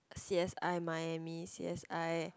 C_s_i miami c_s_i